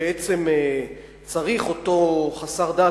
שבעצם צריך אותו חסר דת,